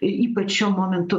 ypač šiuo momentu